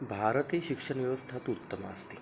भारते शिक्षणव्यवस्था तु उत्तमा अस्ति